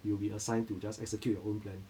you will be assigned to just execute your own plan